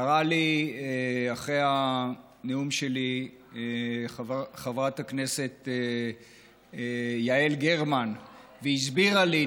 קראה לי אחרי הנאום שלי חברת הכנסת יעל גרמן והסבירה לי,